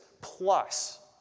plus